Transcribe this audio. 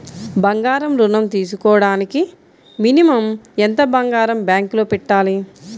బంగారం ఋణం తీసుకోవడానికి మినిమం ఎంత బంగారం బ్యాంకులో పెట్టాలి?